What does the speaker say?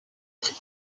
prix